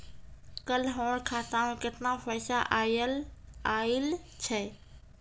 कल हमर खाता मैं केतना पैसा आइल छै?